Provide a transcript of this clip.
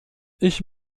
ich